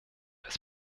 als